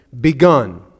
begun